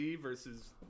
versus